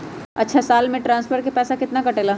अछा साल मे ट्रांसफर के पैसा केतना कटेला?